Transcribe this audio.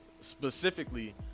specifically